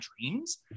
dreams